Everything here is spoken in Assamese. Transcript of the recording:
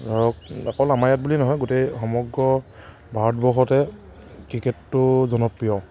ধৰক অকল আমাৰ ইয়াত বুলি নহয় গোটেই সমগ্ৰ ভাৰতবৰ্ষতে ক্ৰিকেটটো জনপ্ৰিয়